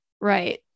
Right